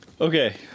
Okay